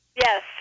Yes